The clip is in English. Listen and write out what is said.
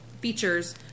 Features